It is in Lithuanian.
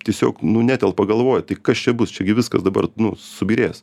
tiesiog nu netelpa galvoj tai kas čia bus čia gi viskas dabar subyrės